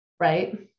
Right